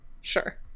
Sure